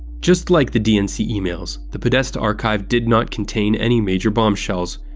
just like the dnc emails, the podesta archive did not contain any major bombshells.